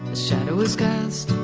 shadow is cast,